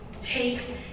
take